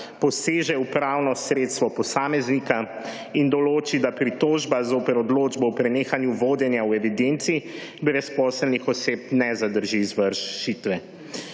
poseže v pravno sredstvo posameznika in določi, da pritožba zoper odločbo o prenehanju vodenja v evidenci brezposelnih oseb ne zadrži izvršitve.